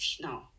no